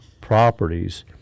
properties